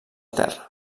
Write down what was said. terra